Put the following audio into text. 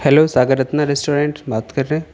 hello Sagar Ratna restaurant بات کر رہے ہیں